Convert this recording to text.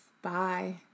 Bye